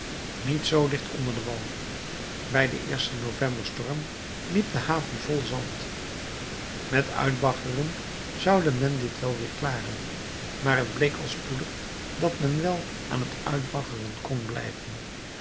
niet zoo dicht onder den wal bij den eersten novemberstorm liep de haven vol zand met uitbaggeren zoude men dit wel weer klaren maar het bleek al spoedig dat men wel aan het uitbaggeren kon blijven